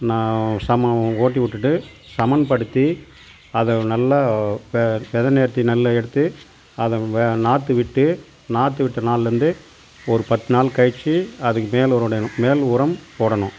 நான் சம ஓட்டி விட்டுவிட்டு சமன்படுத்தி அதை நல்லா வெ வித நேர்த்தி நல்லா எடுத்து அதை வெ நாற்று விட்டு நாற்று விட்ட நாள்லருந்து ஒரு பத்து நாள் கழிச்சு அதுக்கு மேல் உரம் இடணும் மேல் உரம் போடணும்